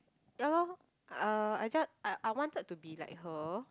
ya lor uh I just I wanted to be like her